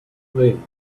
win